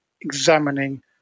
examining